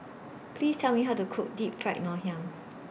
Please Tell Me How to Cook Deep Fried Ngoh Hiang